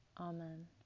Amen